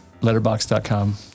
Letterbox.com